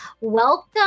Welcome